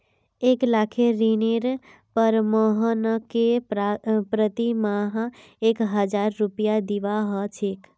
एक लाखेर ऋनेर पर मोहनके प्रति माह एक हजार रुपया दीबा ह छेक